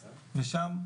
ושם,